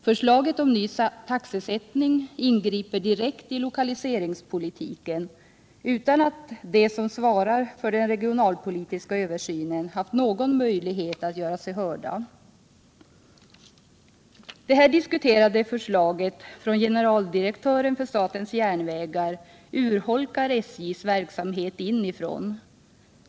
Förslaget till ny taxesättning ingriper direkt i lokaliseringspolitiken, utan att de som svarar för den regionalpolitiska översynen haft någon möjlighet att göra sig hörda. Det här diskuterade förslaget från generaldirektören för SJ urholkar SJ:s verksamhet inifrån.